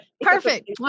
perfect